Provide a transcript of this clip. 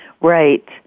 Right